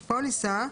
הפוליסה.